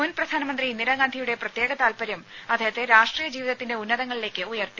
മുൻ പ്രധാനമന്ത്രി ഇന്ദിരാഗാന്ധിയുടെ പ്രത്യേക താല്പര്യം അദ്ദേഹത്തെ രാഷ്ട്രീയ ജീവിതത്തിന്റെ ഉന്നതങ്ങളിലേക്ക് ഉയർത്തി